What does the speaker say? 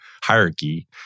hierarchy